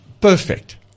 Perfect